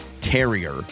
Terrier